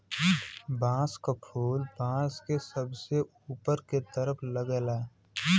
बांस क फुल बांस के सबसे ऊपर के तरफ लगला